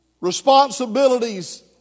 responsibilities